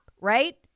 right